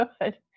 Good